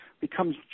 becomes